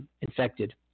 infected